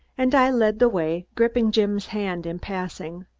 and i led the way, gripping jim's hand in passing.